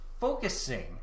focusing